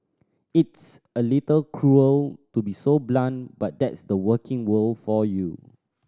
it's a little cruel to be so blunt but that's the working world for you